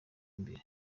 imbere